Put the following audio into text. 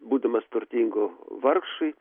būdamas turtingu vargšui